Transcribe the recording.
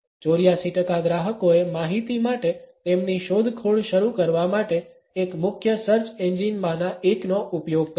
84 ટકા ગ્રાહકોએ માહિતી માટે તેમની શોધખોળ શરૂ કરવા માટે એક મુખ્ય સર્ચ એન્જિન માંના એકનો ઉપયોગ કર્યો